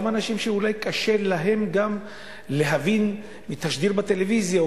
גם אנשים שאולי קשה להם להבין מתשדיר בטלוויזיה או